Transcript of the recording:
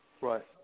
Right